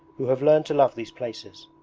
who have learned to love these places.